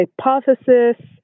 hypothesis